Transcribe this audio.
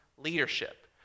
Leadership